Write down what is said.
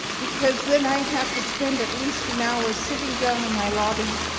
because then i have to spend at least an hour sitting down in my lobby,